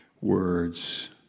words